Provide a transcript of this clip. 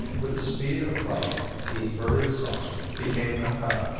with the speed of light the inverted saucer became a cup.